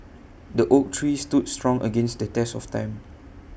the oak tree stood strong against the test of time